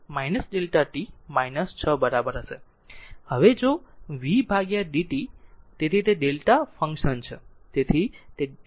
અને હવે જો v બાય d t તેથી તે Δ ફંક્શન છે